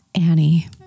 Annie